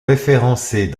référencés